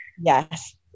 Yes